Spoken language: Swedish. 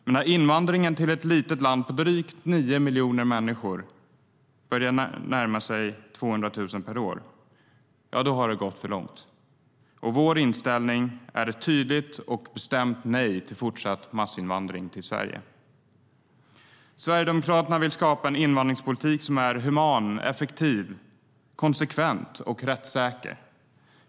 Men när invandringen till ett litet land på drygt nio miljoner människor börjar närma sig 200 000 per år har det gått för långt. Vår inställning är ett tydligt och bestämt nej till fortsatt massinvandring till Sverige. Sverigedemokraterna vill skapa en invandringspolitik som är human, effektiv, konsekvent och rättssäker.